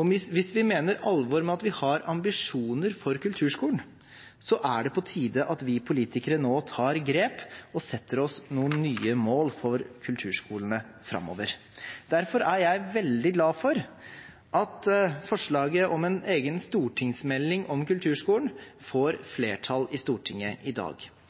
og hvis vi mener alvor med at vi har ambisjoner for kulturskolen, er det på tide at vi politikere nå tar grep og setter oss noen nye mål for kulturskolene framover. Derfor er jeg veldig glad for at forslaget om en egen stortingsmelding om kulturskolen får flertall i Stortinget i dag.